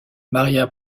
maria